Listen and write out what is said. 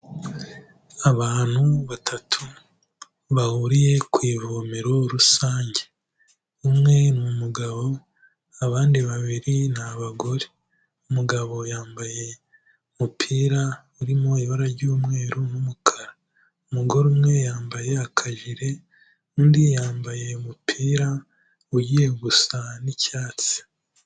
Abantu batatu, bahuriye ku ivomero rusange. Umwe ni umugabo, abandi babiri ni abagore. Umugabo yambaye umupira urimo ibara ry'umweru n'umukara. Umugore umwe yambaye akajire, undi yambaye umupira ugiye gusa n'icyatsi.